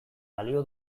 balio